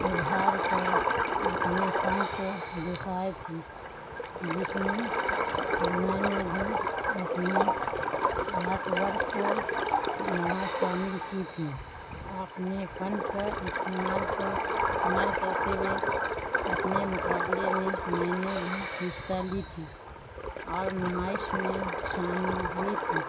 ابھار کر اپنے فن کو دخائے تھے جس میں میں نے بھی اپنے آرٹ ورک کو وہاں شامل کی تھی اپنے فن کا استعمال کو استعمال کرتے ہوئے اپنے مقابلے میں میں نے بھی حصہ لی تھی اور نمائش میں شامل ہوئی تھی